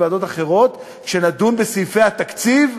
כשנדון בסעיפי התקציב.